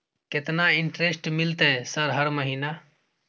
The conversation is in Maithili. केतना इंटेरेस्ट मिलते सर हर महीना?